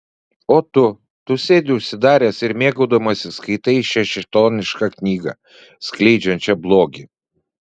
o tu tu sėdi užsidaręs ir mėgaudamasis skaitai šią šėtonišką knygą skleidžiančią blogį